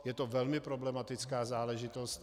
Je to velmi problematická záležitost.